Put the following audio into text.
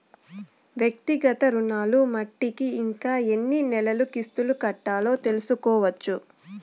వ్యక్తిగత రుణాలు మట్టికి ఇంకా ఎన్ని నెలలు కిస్తులు కట్టాలో కూడా తెల్సుకోవచ్చు